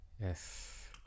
Yes